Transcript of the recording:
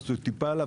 הוא טיפה עלה,